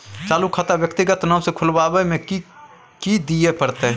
चालू खाता व्यक्तिगत नाम से खुलवाबै में कि की दिये परतै?